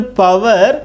power